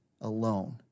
alone